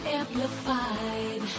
amplified